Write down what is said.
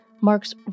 Mark's